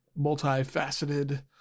multifaceted